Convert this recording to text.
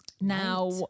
Now